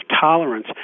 tolerance